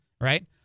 right